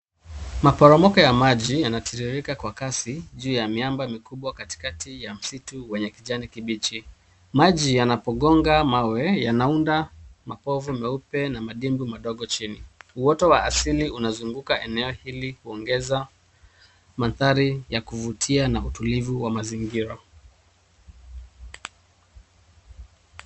Maporomoko ya maji yanatiririka kwa kasi juu ya miamba mikubwa katikati ya msitu wenye majani ya kijani kibichi. Maji yanapogonga mawe yanaunda makovu meupe na madibwi madogo chini. Uoto wa asili inazunguka eneo hili na kuongeza mandhari ya kuvutia na utulivu wa mazingira.